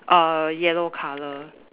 err yellow colour